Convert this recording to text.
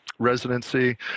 Residency